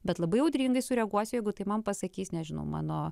bet labai audringai sureaguosiu jeigu tai man pasakys nežinau mano